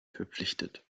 verpflichtet